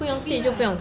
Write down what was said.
should be right